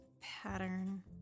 Pattern